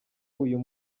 uyu